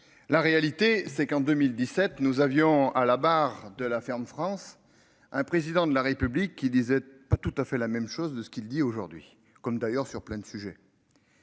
La réalité c'est qu'en 2017 nous avions à la barre de la ferme France. Un président de la République qui disait pas tout à fait la même chose de ce qu'il dit aujourd'hui, comme d'ailleurs sur plein de sujets.